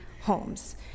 homes